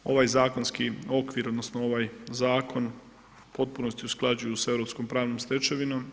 Ovaj zakonski okvir, odnosno ovaj zakon u potpunosti usklađuju sa europskom pravnom stečevinom.